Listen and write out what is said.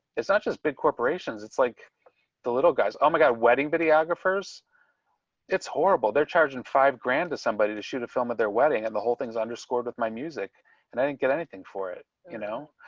it's not just big corporations. it's like the little guys. oh my god. wedding videographers kerry muzzey it's horrible, they're charging five grand to somebody to shoot a film at their wedding and the whole thing is underscored with my music and i didn't get anything for it, you know.